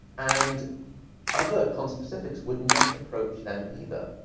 and other conspecifics would not approach them either.